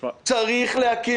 צריך להקים